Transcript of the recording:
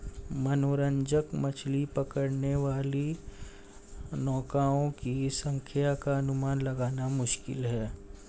मनोरंजक मछली पकड़ने वाली नौकाओं की संख्या का अनुमान लगाना मुश्किल है